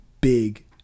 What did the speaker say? big